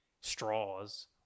straws